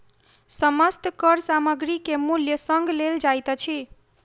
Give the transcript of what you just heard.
समस्त कर सामग्री के मूल्य संग लेल जाइत अछि